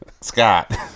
scott